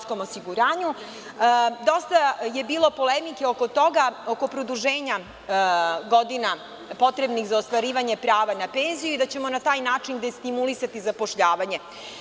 Dosta je bilo polemike oko toga, oko produženja godina potrebnih za ostvarivanje prava na penziju i da ćemo na taj način destimulisati zapošljavanje.